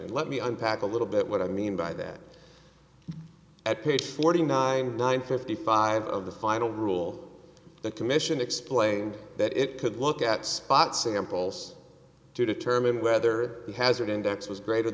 let me unpack a little bit what i mean by that at page forty nine nine fifty five of the final rule the commission explained that it could look at spot samples to determine whether the hazard index was greater